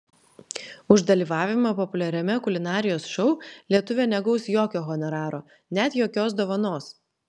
už dalyvavimą populiariame kulinarijos šou lietuvė negaus jokio honoraro net jokios dovanos